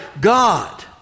God